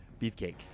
Beefcake